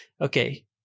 okay